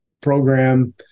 program